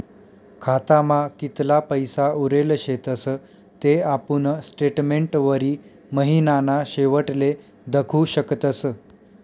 खातामा कितला पैसा उरेल शेतस ते आपुन स्टेटमेंटवरी महिनाना शेवटले दखु शकतस